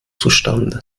zustande